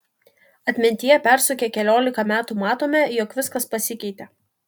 atmintyje persukę keliolika metų matome jog viskas pasikeitė